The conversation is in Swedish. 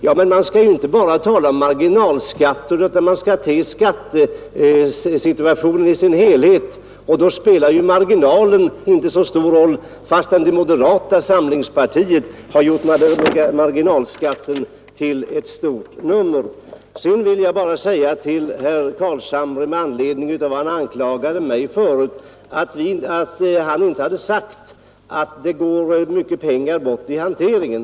Man bör inte tala enbart om marginalskatter utan man bör se skattesituationen i dess helhet. Gör man det, spelar marginalskatten inte så stor roll fastän det moderata samlingspartiet har gjort marginalskattefrågan till ett stort nummer. Herr Carlshamre anklagade mig för att jag felaktigt gjort gällande att han skulle ha uttalat att det går bort för mycket pengar i hanteringen.